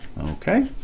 okay